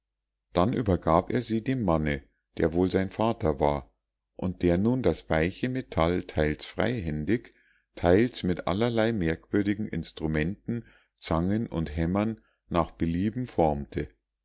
dann übergab er sie dem manne der wohl sein vater war und der nun das weiche metall teils freihändig teils mit allerlei merkwürdigen instrumenten zangen und hämmern nach belieben formte